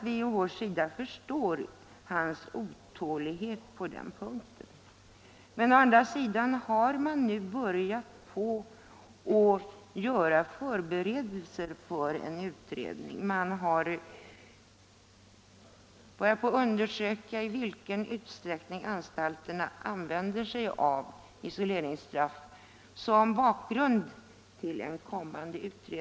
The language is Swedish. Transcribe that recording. Vi förstår hans otålighet på den punkten. Å andra sidan har man nu börjat göra förberedelser för en utredning. Såsom bakgrund till en kommande utredning undersöker man i vilken utsträckning anstalterna använder sig av isoleringsstraff.